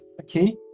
Okay